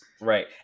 Right